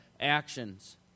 actions